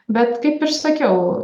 bet kaip ir sakiau